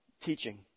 teaching